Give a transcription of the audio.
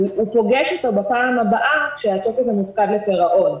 הוא פוגש אותו בפעם הבאה כשהצ'ק הזה מופקד לפירעון.